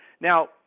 Now